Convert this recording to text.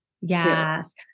Yes